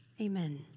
Amen